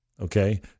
Okay